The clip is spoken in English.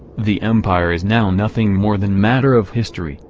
the empire is now nothing more than matter of history,